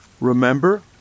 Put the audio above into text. Remember